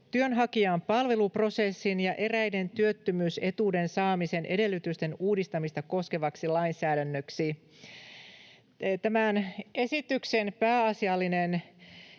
työnhakijan palveluprosessin ja eräiden työttömyys-etuuden saamisen edellytysten uudistamista koskevaksi lainsäädännöksi. Tämän esityksen pääasiallinen